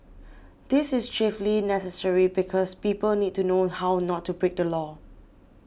this is chiefly necessary because people need to know how not to break the law